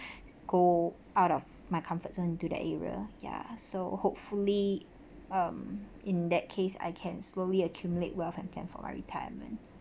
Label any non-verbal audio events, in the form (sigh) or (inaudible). (breath) go out of my comfort zone into that area ya so hopefully um in that case I can slowly accumulate wealth and plan for my retirement